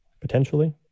potentially